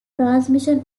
transmission